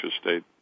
State